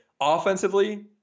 offensively